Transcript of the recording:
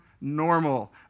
normal